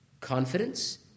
confidence